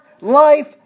life